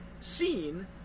seen